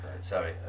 Sorry